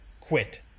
quit